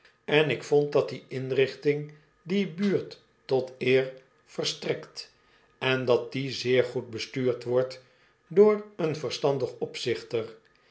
en ik vond dat die inrichting die buurt tot eer verstrekt en dat die zeer goed bestuurd wordt door een verstandig opzichter